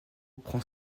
prend